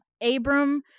Abram